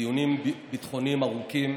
בדיונים ביטחוניים ארוכים,